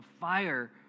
fire